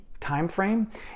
timeframe